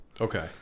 Okay